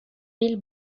mille